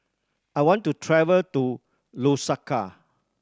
I want to travel to Lusaka